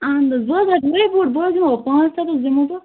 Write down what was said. اہن حظ بہٕ حَظ رَٹہٕ یِہوے بوٗٹ بہٕ حظ دِمو پانٛژھ ہَتھ حظ دِمو